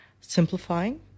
simplifying